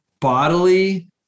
bodily